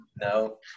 No